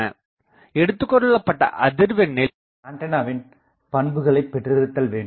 எடுத்துக்கொள்ளப்பட்ட இந்த ரேபரன்ஸ் புள்ளிய எடுத்துக்கொள்ளப்பட்ட அதிர்வெண்ணில் ஆண்டனாவின் பண்புகளை பெற்றிருத்தல் வேண்டும்